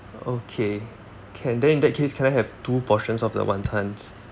okay can then in that case can I have two portions of the wontons